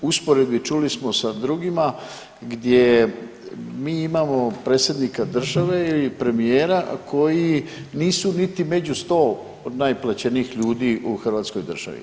U usporedbi čuli smo sa drugima gdje mi imamo predsjednika države i premijera koji nisu niti među 100 najplaćenijih ljudi u hrvatskoj državi.